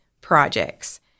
projects